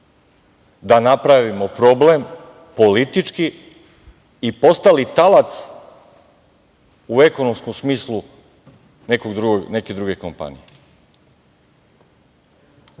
da napravimo problem, politički, i postali talac u ekonomskom smislu neke druge kompanije. Ovo